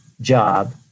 job